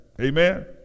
amen